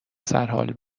سرحال